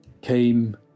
came